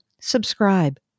subscribe